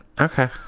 Okay